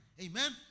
amen